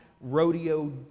rodeo